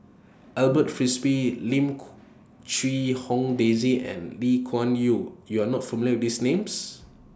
Alfred Frisby Lim Quee Hong Daisy and Lee Kuan Yew YOU Are not familiar with These Names